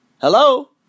Hello